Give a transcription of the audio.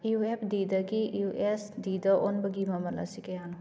U F ꯗꯤꯗꯒꯤ U S ꯗꯤꯗ ꯑꯣꯟꯕꯒꯤ ꯃꯃꯜ ꯑꯁꯤ ꯀꯌꯥꯅꯣ